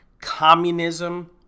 communism